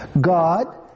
God